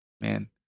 Man